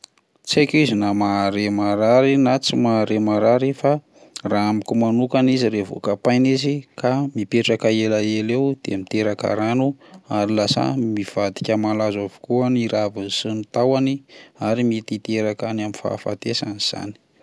Tsy aiko izy na mahare marary na tsy mahare marary fa raha amiko manokana izy revo kapaina izy ka mipetraka ela ela eo de miteraka rano ary lasa mivadika malazo avokoa ny raviny sy ny taohany ary mety hiteraka any amin'ny fahafatesany izany.